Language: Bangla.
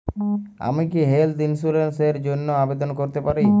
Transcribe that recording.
আমি কি হেল্থ ইন্সুরেন্স র জন্য আবেদন করতে পারি?